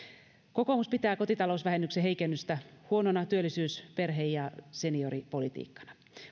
kokoomus pitää kotitalousvähennyksen heikennystä huonona työllisyys perhe ja senioripolitiikkana